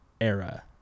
era